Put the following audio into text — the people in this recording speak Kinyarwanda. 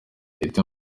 ite